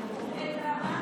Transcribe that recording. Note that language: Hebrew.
כי זה מוריד את,